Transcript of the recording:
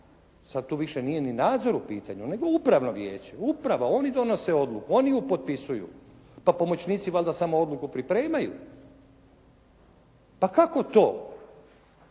Sad tu više nije ni nadzor u pitanju nego upravno vijeće. Uprava, oni donose odluku. Oni ju potpisuju. Pa pomoćnici valjda samo odluku pripremaju. Pa kako to